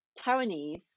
Taiwanese